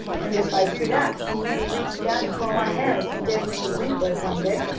and if i do that he may reach down and pull my hair, as he did mrs. winkler's one day.